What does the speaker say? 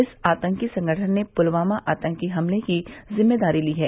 इस आतंकी संगठन ने पुलवामा आतंकी हमले की जिम्मेदारी ली है